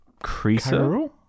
Creaser